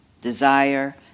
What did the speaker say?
desire